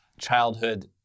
childhood